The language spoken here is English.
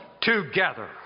together